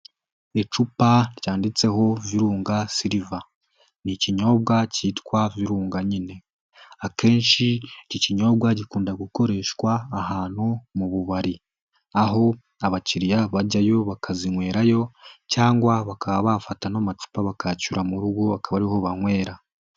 Icupa ryanditseho Virunga silver, ni ikinyobwa cyitwa Virunga nyine, akenshi iki kinyobwa gikunda gukoreshwa ahantu mu bubari, aho abakiriya bajyayo bakazinywerayo cyangwa bakaba bafata n'amacupa bakayacyura mu rugo, bakaba ariho banywera.